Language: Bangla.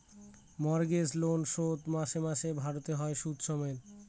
মর্টগেজ লোন শোধ মাসে মাসে ভারতে হয় সুদ সমেত